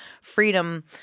freedom